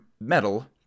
Metal